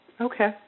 Okay